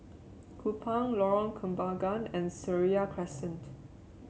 Kupang Lorong Kembagan and Seraya Crescent